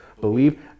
believe